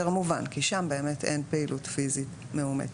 מובן כי שם אין באמת פעילות פיסית מאומצת,